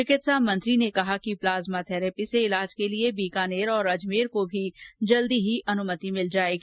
चिकित्सा मंत्री ने कहा कि प्लाज्मा थैरेपी से इलाज के लिए बीकानेर और अजमेर को भी जल्दी ही अनुमति मिल जायेगी